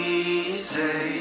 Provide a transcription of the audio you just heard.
easy